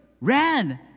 ran